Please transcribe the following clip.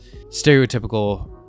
stereotypical